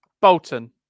Bolton